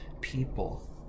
people